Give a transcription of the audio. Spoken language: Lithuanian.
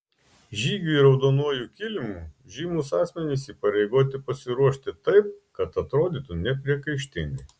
žygiui raudonuoju kilimu žymūs asmenys įpareigoti pasiruošti taip kad atrodytų nepriekaištingai